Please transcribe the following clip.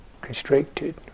constricted